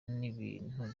n’ibintu